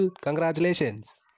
Congratulations